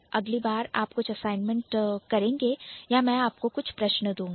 अगली बार आप कुछ असाइनमेंट करेंगे या मैं आपको कुछ प्रश्न दूंगी